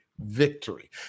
Victory